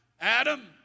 Adam